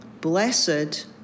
Blessed